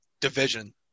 division